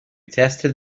tested